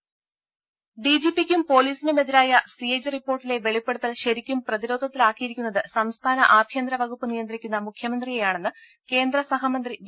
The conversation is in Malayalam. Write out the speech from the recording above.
ദേര ഡിജിപിക്കും പൊലീസിനുമെതിരായ സിഎജി റിപ്പോർട്ടിലെ വെളിപ്പെടുത്തൽ ശരിയ്ക്കും പ്രതിരോധത്തിലാക്കിയിരിക്കുന്നത് സംസ്ഥാന ആഭ്യന്തരവകുപ്പ് നിയന്ത്രിക്കുന്ന മുഖ്യമന്ത്രി യെയാണെന്ന് കേന്ദ്രസഹമന്ത്രി വി